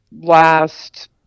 last